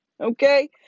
okay